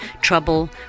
trouble